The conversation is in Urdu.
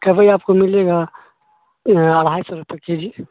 کوئی آپ کو ملے گا اڑھائی سو روپئے کے جی